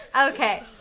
Okay